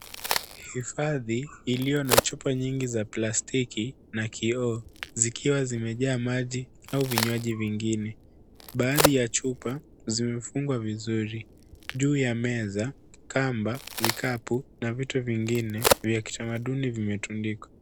Hifadhi iliyo na chupa nyingi za plastiki na kioo zikiwa zimejaa maji au vinywaji vingine. Baadhi ya chupa zimefungwa vizuri juu ya meza, kamba, vikapu na vitu vingine vya kitamaduni vimetundikwa.